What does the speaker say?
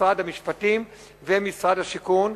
משרד המשפטים ומשרד השיכון.